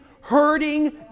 hurting